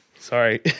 Sorry